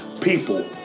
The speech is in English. People